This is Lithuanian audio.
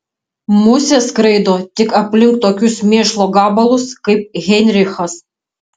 musės skraido tik aplink tokius mėšlo gabalus kaip heinrichas